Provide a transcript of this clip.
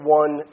one